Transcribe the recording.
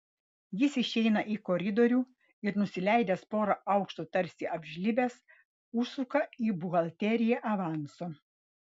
jis išeina į koridorių ir nusileidęs porą aukštų tarsi apžlibęs užsuka į buhalteriją avanso